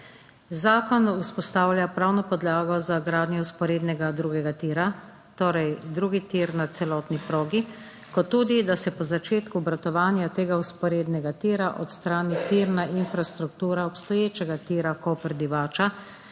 Zakon vzpostavlja pravno podlago za gradnjo vzporednega drugega tira, torej drugi tir na celotni progi, kot tudi, da se po začetku obratovanja tega vzporednega tira odstrani tirna infrastruktura obstoječega tira Koper–Divača,